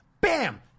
Bam